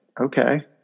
okay